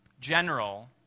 general